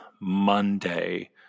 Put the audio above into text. Monday